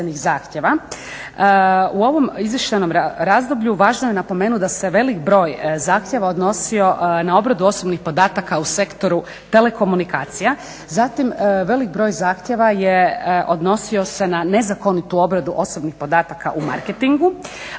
u ovom izvještajnom razdoblju važno je napomenuti da se velik broj zahtjeva odnosio na obradu osobnih podataka u Sektoru telekomunikacija, zatim velik broj zahtjeva je odnosio se na nezakonitu obradu osobnih podataka u marketingu.